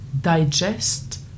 digest